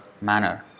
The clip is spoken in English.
manner